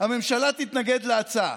הממשלה תתנגד להצעה.